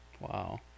Wow